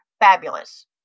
fabulous